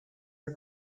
are